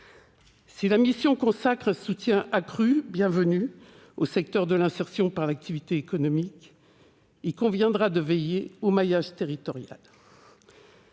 Si la mission consacre à juste titre un soutien accru au secteur de l'insertion par l'activité économique, il conviendra de veiller au maillage territorial.